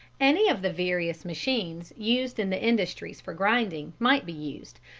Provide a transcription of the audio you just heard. any of the various machines used in the industries for grinding might be used,